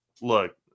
look